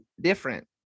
different